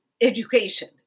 education